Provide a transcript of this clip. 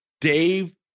Dave